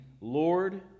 Lord